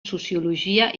sociologia